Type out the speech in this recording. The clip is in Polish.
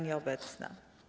Nieobecna.